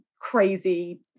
crazy